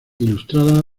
ilustrada